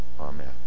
Amen